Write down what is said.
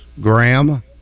Graham